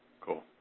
Cool